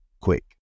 quick